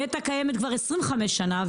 נת"ע קיימת כבר 25 שנה,